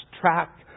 track